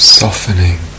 softening